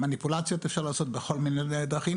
מניפולציות אפשר לעשות בכל מיני דרכים,